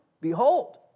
behold